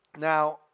Now